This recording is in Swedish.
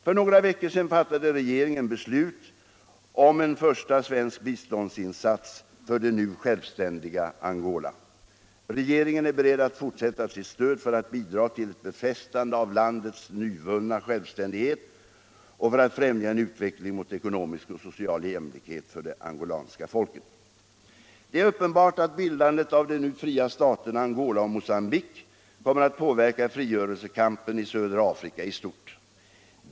För några veckor sedan fattade regeringen beslut om en första svensk biståndsinsats för det nu självständiga Angola. Regeringen är beredd att fortsätta sitt stöd för att bidra till ett befästande av landets nyvunna självständighet och för att främja en utveckling mot ekonomisk och social jämlikhet för det angolanska folket. Det är uppenbart att bildandet av de nu fria staterna Angola och Mocgambique kommer att påverka frigörelsekampen i södra Afrika i stort.